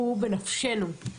הוא בנפשנו.